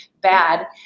bad